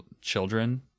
children